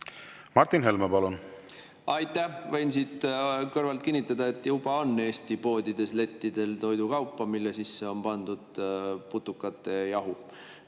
Martin Helme, palun! Aitäh! Võin siit kõrvalt kinnitada, et juba on Eesti poodides lettidel toidukaupa, mille sisse on pandud putukajahu.